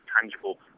tangible